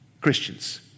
Christians